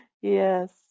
Yes